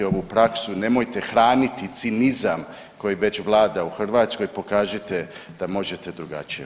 ovu praksu, nemojte hraniti cinizam koji već vlada u Hrvatskoj, pokažite da možete drugačije.